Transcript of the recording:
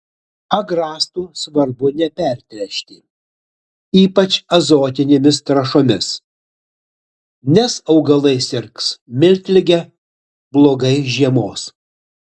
agrastų svarbu nepertręšti ypač azotinėmis trąšomis nes augalai sirgs miltlige blogai žiemos